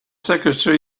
secretary